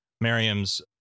Miriam's